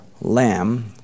Lamb